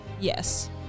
Yes